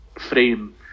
frame